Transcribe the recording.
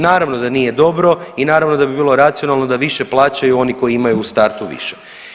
Naravno da nije dobro i naravno da bi bilo racionalno da više plaćaju oni koji imaju u startu više.